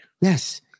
Yes